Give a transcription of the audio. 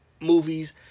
movies